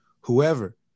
whoever